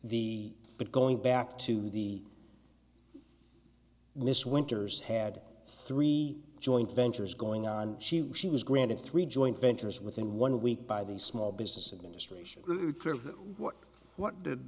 the but going back to the miss winters had three joint ventures going on she she was granted three joint ventures within one week by the small business administration what what did